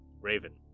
raven